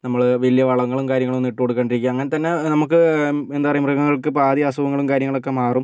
നമ്മൾ വലിയ വളങ്ങളും കാര്യങ്ങളൊന്നും ഇട്ട് കൊടുക്കാണ്ടിരിക്കുക അങ്ങനെ തന്നെ നമുക്ക് എന്താ പറയുക മൃഗങ്ങൾക്ക് പാതി അസുഖങ്ങളും കാര്യങ്ങളും ഒക്കെ മാറും